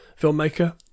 filmmaker